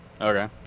Okay